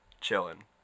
Chilling